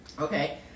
Okay